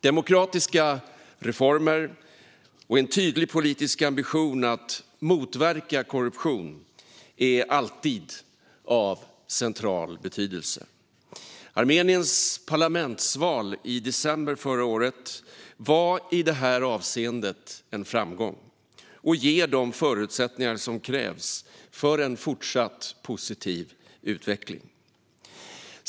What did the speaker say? Demokratiska reformer och en tydlig politisk ambition att motverka korruption är alltid av central betydelse. Armeniens parlamentsval i december förra året var i detta avseende en framgång och ger de förutsättningar som krävs för en fortsatt positiv utveckling.